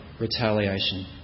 retaliation